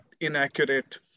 inaccurate